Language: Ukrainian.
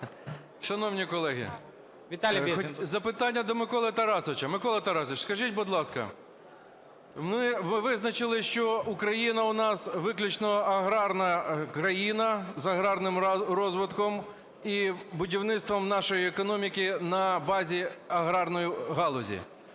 Шановні колеги, запитання до Миколи Тарасовича. Микола Тарасович, скажіть, будь ласка, ви визначили, що Україна у нас виключно аграрна країна з аграрним розвитком і будівництвом нашої економіки на базі аграрної галузі.